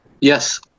yes